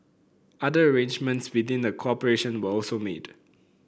other arrangements within the corporation were also made